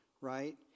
right